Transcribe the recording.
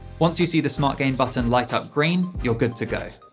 once you see the smartgain button light up green, you're good to go.